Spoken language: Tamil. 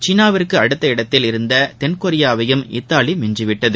சீனாவிற்கு அடுத்த இடத்தில் இருந்த தென்கொரியாவையும் இத்தாலி மிஞ்சிவிட்டது